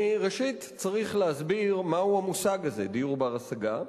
ראשית, צריך להסביר מהו המושג הזה, דיור בר-השגה.